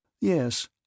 Yes